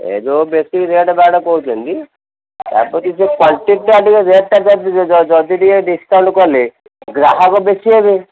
ଏ ଯୋଉ ବେଶୀ ରେଟ୍ରାଟ୍ କହୁଛନ୍ତି ରେଟ୍ଟା ଟିକେ ଯଦି ଟିକେ ଡିସକାଉଣ୍ଟ୍ କଲେ ଗ୍ରାହକ ବେଶୀ ହେବେ